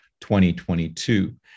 2022